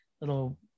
little